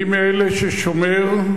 אני מאלה ששומרים,